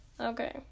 okay